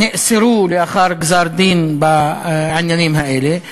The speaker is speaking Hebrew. נאסרו לאחר גזר-דין בעניינים האלה.